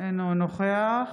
אינו נוכח